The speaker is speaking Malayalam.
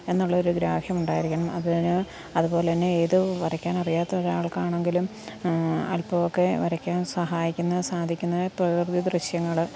എന്നുള്ള ഒരു ഗ്രാഹ്യമുണ്ടായിരിക്കണം അതിന് അത്പോലെത്തന്നെ ഏത് വരയ്ക്കാനറിയാത്ത ഒരാൾക്ക് ആണെങ്കിലും അൽപ്പം ഒക്കെ വരയ്ക്കാൻ സഹായിക്കുന്ന സാധിക്കുന്ന പ്രകൃതി ദൃശ്യങ്ങൾ